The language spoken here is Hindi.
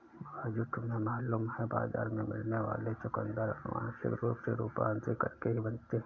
राजू तुम्हें मालूम है बाजार में मिलने वाले चुकंदर अनुवांशिक रूप से रूपांतरित करके ही बने हैं